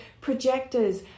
projectors